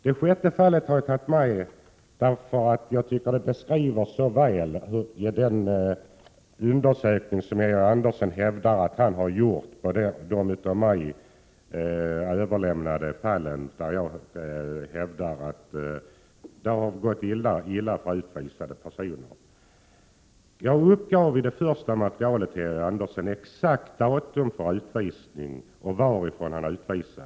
Det sjätte fallet har jag tagit med därför att jag tycker att det så väl beskriver den undersökning som Georg Andersson hävdar att han har gjort när det gäller de fall där jag framhåller att det har gått illa för utvisade personer. Jag uppgav i det första materialet till Georg Andersson exakt Prot. 1987/88:132 datum för utvisningen och angav varifrån vederbörande utvisats.